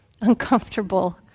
Uncomfortable